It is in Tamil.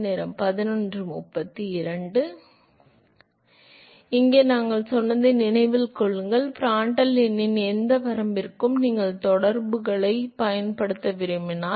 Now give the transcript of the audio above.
எனவே இங்கே நாங்கள் சொன்னதை நினைவில் கொள்ளுங்கள் எனவே பிராண்டல் எண்ணின் எந்த வரம்பிற்கும் நீங்கள் தொடர்புகளைப் பயன்படுத்த விரும்பினால்